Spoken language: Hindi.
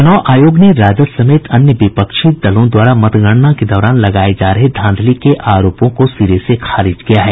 चुनाव आयोग ने राजद समेत अन्य विपक्षी दलों द्वारा मतगणना के दौरान लगाये जा रहे धांधली के आरोपों को सिरे से खारिज किया है